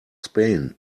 spain